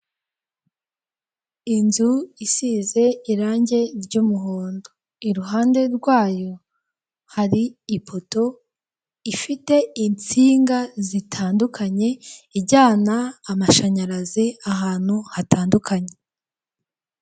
Inzu isize irange ry'umuhondo, iruhande rwayo hari ipoto ifite insiga zitandukanye ijyana amashanyarazi ahantu hatandukanye.